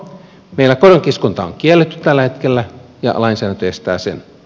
meillä koronkiskonta on kielletty tällä hetkellä ja lainsäädäntö estää sen